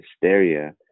hysteria